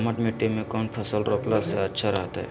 दोमट मिट्टी में कौन फसल रोपला से अच्छा रहतय?